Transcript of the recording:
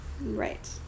Right